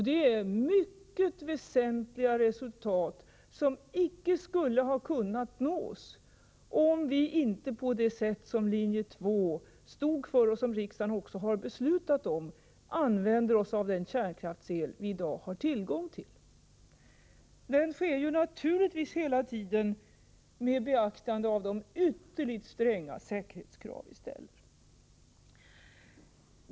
Det är mycket väsentliga resultat, som icke skulle ha kunnat nås om vi inte på det sätt som linje 2 föreslog och som riksdagen också har beslutat om använder oss av den kärnkraftsel vi i dag har tillgång till. Den användningen sker naturligtvis hela tiden med beaktande av de ytterligt stränga säkerhetskrav vi ställer.